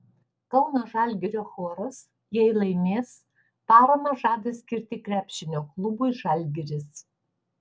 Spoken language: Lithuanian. kauno žalgirio choras jei laimės paramą žada skirti krepšinio klubui žalgiris